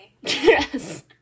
Yes